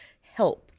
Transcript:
help